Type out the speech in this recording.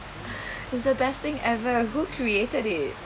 is the best thing ever who created it